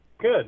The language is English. Good